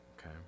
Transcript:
Okay